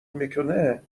میکنه